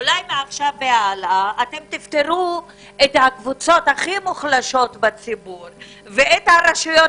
אולי מעתה והלאה אתם תפטרו את הקבוצות הכי מוחלשות בציבור ואת הרשויות